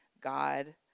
God